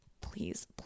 Please